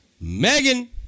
Megan